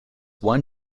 one